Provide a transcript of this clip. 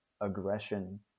aggression